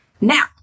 Now